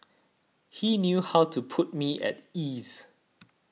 he knew how to put me at ease